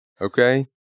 Okay